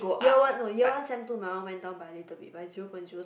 year one no year one sem two my one went down by a little bit by zero point zero something